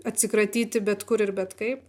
atsikratyti bet kur ir bet kaip